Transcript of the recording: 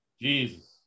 Jesus